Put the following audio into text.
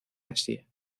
asia